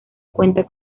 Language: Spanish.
cuenta